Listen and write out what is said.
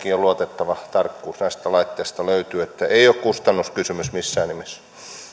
luotettava tarkkuus näistä laitteista löytyy ei ole kustannuskysymys missään nimessä